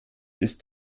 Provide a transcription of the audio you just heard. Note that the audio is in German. ist